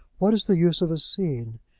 what is the use of a scene,